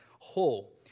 whole